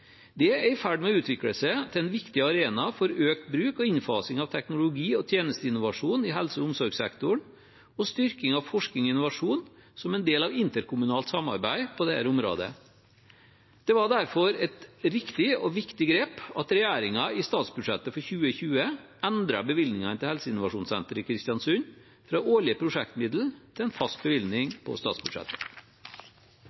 Det er i ferd med å utvikle seg til en viktig arena for økt bruk og innfasing av teknologi og tjenesteinnovasjon i helse- og omsorgssektoren og styrking av forskning og innovasjon som en del av interkommunalt samarbeid på dette området. Det var derfor et riktig og viktig grep at regjeringen i statsbudsjettet for 2020 endret bevilgningene til helseinnovasjonssenteret i Kristiansund fra årlige prosjektmidler til en fast bevilgning